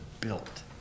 built